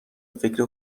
فکر